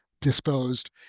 disposed